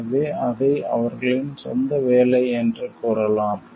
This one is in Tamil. எனவே அதை அவர்களின் சொந்த வேலை என்று கூறலாம்